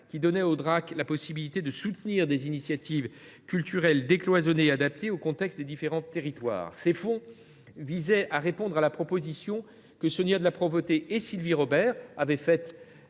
culturelles (Drac) la possibilité de soutenir des initiatives culturelles décloisonnées et adaptées au contexte des différents territoires. Ce fonds visait à répondre à une proposition émise par Sonia de La Provôté et Sylvie Robert dans leur